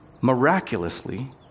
miraculously